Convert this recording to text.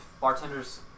bartenders